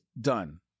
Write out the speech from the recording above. done